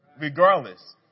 regardless